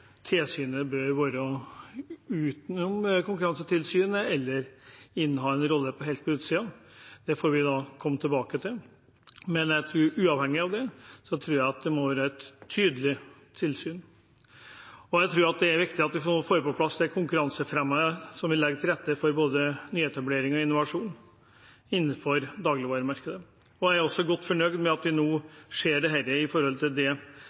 får vi komme tilbake til. Men uavhengig av det tror jeg at det må være et tydelig tilsyn. Jeg tror det er viktig at vi nå får på plass konkurransefremmende tiltak som legger til rette for både nyetablering og innovasjon innenfor dagligvaremarkedet. Jeg er også godt fornøyd med at vi nå ser dette i sammenheng med forbud mot prisdiskriminering for dominerende leverandører knyttet til distribusjon. Så det